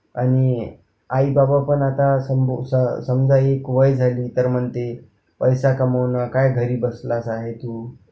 आणि आईबाबा पण आता संबू समजा समजा एक वय झाली तर म्हणते पैसा कमव ना काय घरी बसलास आहे तू